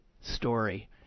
story